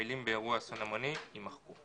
המילים "באירוע אסון המוני"- יימחקו.